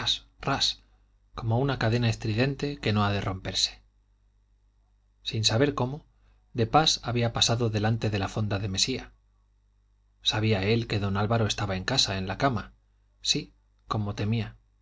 como una cadena estridente que no ha de romperse sin saber cómo de pas había pasado delante de la fonda de mesía sabía él que don álvaro estaba en casa en la cama si como temía